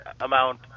amount